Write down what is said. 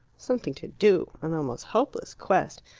something to do an almost hopeless quest!